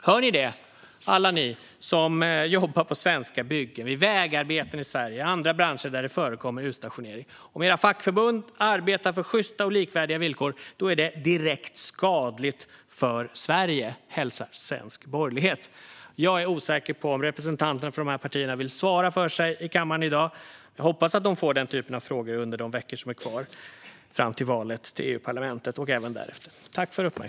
Hör ni det, alla ni som jobbar på svenska byggen, vid vägarbeten i Sverige eller i andra branscher där det förekommer utstationering: Om era fackförbund arbetar för sjysta och likvärdiga villkor är det "direkt skadligt för Sverige", hälsar svensk borgerlighet. Jag är osäker på om representanterna för de här partierna vill svara för sig i kammaren i dag, men jag hoppas att de får den typen av frågor under de veckor som är kvar fram till valet till EU-parlamentet och även därefter.